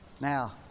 now